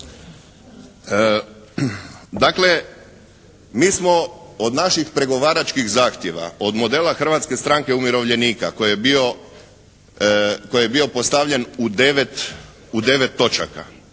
Dakle mi smo od naših pregovaračkih zahtjeva, od modela Hrvatske stranke umirovljenika koji je bio postavljen u 9 točaka.